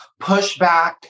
pushback